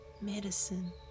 medicine